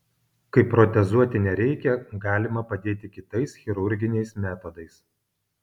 kai protezuoti nereikia galima padėti kitais chirurginiais metodais